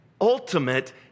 ultimate